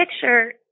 picture